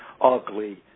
ugly